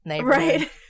right